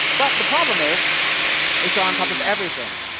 but the problem is it's drawn on top of everything.